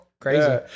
Crazy